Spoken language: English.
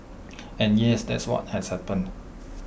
and yes that's what has happened